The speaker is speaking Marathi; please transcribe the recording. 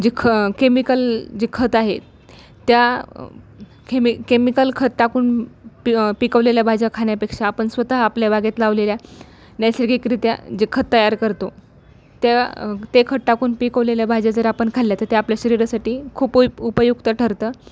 जी ख केमिकल जी खत आहे त्या केम केमिकल खत टाकून पी पिकवलेल्या भाज्या खाण्यापेक्षा आपण स्वतः आपल्या बागेत लावलेल्या नैसर्गिकरित्या जे खत तयार करतो त्या ते खत टाकून पिकवलेल्या भाज्या जर आपण खाल्ल्या तर ते आपल्या शरीरासाठी खूप उ उपयुक्त ठरतं